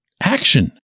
action